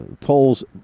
polls